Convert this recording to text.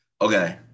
okay